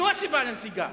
זאת הסיבה לנסיגה.